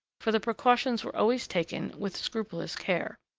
for the precautions were always taken with scrupulous care.